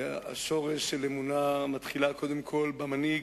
השורש של אמונה מתחיל קודם כול במנהיג.